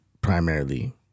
primarily